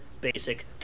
basic